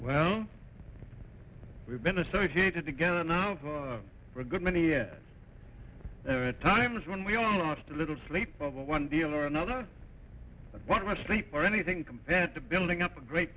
well we've been associated together not for a good many yes there are times when we all lost a little sleep over one deal or another one much sleep or anything compared to building up a great